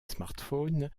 smartphone